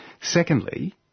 Secondly